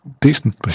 decent